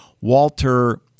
Walter